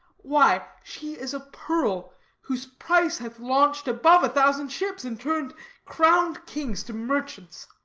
why, she is a pearl whose price hath launch'd above a thousand ships, and turn'd crown'd kings to merchants.